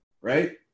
right